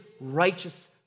righteous